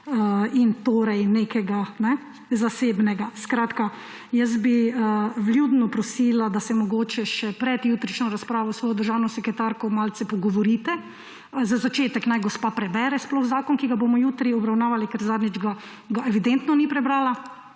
in torej nekega zasebnega. Skratka, jaz bi vljudno prosila, da se mogoče še pred jutrišnjo razpravo s svojo državno sekretarko malce pogovorite, za začetek naj gospa sploh prebere zakon, ki ga bomo jutri obravnavali, ker zadnjič ga evidentno ni prebrala,